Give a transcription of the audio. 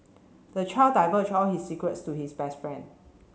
the child divulged all his secrets to his best friend